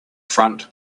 front